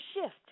shift